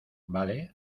vale